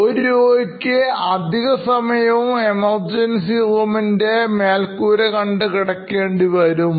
ഒരു രോഗിക്ക് അധിക സമയവും എമർജൻസി room ൻറെ മേൽക്കൂരകണ്ടു കിടക്കേണ്ടി വരുന്നു